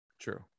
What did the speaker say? True